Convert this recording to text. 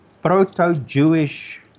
Proto-Jewish